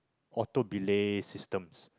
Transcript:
auto belay systems